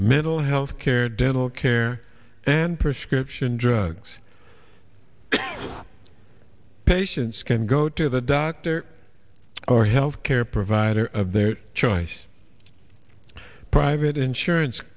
mental health care dental care and prescription drugs patients can go to the doctor or healthcare provider of their choice private insurance